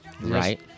right